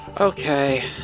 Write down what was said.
Okay